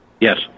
Yes